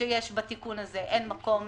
שיש בתיקון הזה, אין מקום